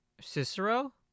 Cicero